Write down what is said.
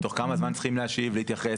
תוך כמה זמן צריכים להשיב ולהתייחס,